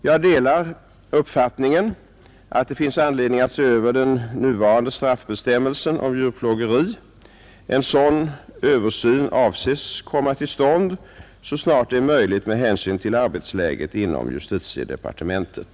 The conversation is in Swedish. Jag delar uppfattningen att det finns anledning att se över den nuvarande straffbestämmelsen om djurplågeri. En sådan översyn avses komma till stånd så snart det är möjligt med hänsyn till arbetsläget inom justitiedepartementet.